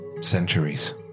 centuries